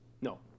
No